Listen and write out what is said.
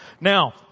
Now